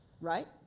right